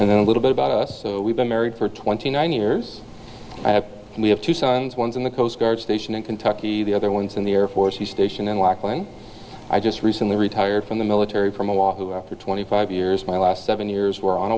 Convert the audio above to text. and then a little bit about us so we've been married for twenty nine years i have and we have two sons one's in the coast guard station in kentucky the other one's in the air force he station in lachlan i just recently retired from the military from a wahoo after twenty five years my last seven years were on